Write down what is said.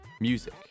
music